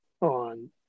on